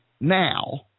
now